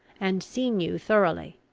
and seen you thoroughly.